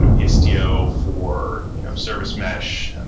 ah istio for you know service mesh.